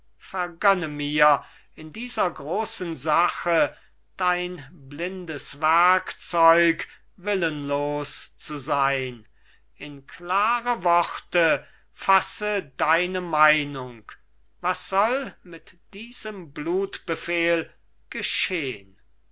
vergönne mir in dieser großen sache dein blindes werkzeug willenlos zu sein in klare worte fasse deine meinung was soll mit diesem blutbefehl geschehn